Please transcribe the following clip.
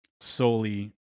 solely